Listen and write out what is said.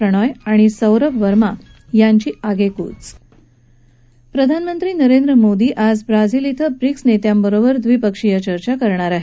प्रणॉय यांची आगेकूच प्रधानमंत्री नरेंद्र मोदी आज ब्राझील थें ब्रिक्स नेत्यांबरोबर द्विपक्षीय चर्चा करणार आहेत